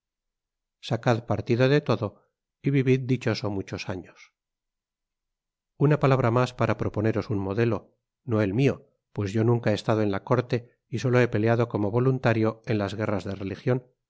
llegue al corazon sacad partido de todo y vivid dichoso muchos años content from google book search generated at una palabra mas para proponeros un modelo no el mio pues yo nunca he estado en la corte y solo he peleado como voluntario en las guerras de religion